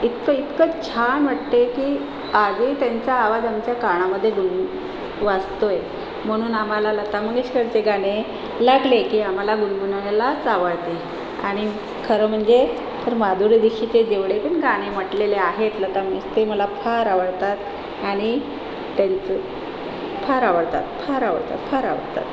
इतकं इतकं छान वाटते की आजही त्यांचा आवाज आमच्या कानामध्ये गुनगु वाजतोय म्हणून आम्हाला लता मंगेशकरचे गाणे लाक्ले की आम्हाला गुणगुणायलाच आवडते आणि खरं म्हणजे तर माधुरी दीक्षितचे जेवढे पण गाणे म्हटलेले आहेत लता मंगेश ते मला फार आवडतात आणि त्यांचं फार आवडतात फार आवडतात फार आवडतात